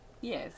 Yes